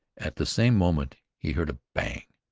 at the same moment he heard a bang,